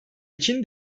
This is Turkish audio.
için